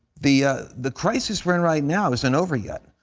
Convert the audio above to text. the ah the crisis we're in right now isn't over yet,